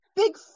big